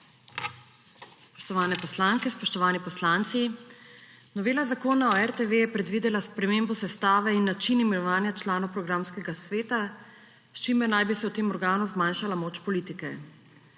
Spoštovane poslanke, spoštovani poslanci! Novela zakona o RTV je predvidela spremembo sestave in način imenovanja članov programskega sveta, s čimer naj bi se v tem organu zmanjšala moč politike.